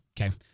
okay